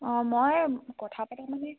অঁ মই কথা পাতো মানে